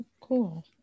Cool